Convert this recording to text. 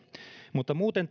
muuten